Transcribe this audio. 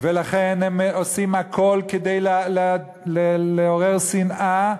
ולכן הם עושים הכול כדי לעורר שנאה.